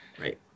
Right